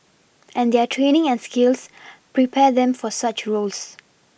and their training and skills prepare them for such roles